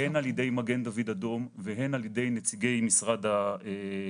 הן על ידי מגן דוד אדום והן על ידי נציגי משרד הבריאות.